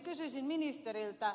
kysyisin ministeriltä